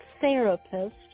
therapist